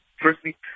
firstly